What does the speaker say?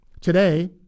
today